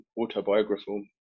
autobiographical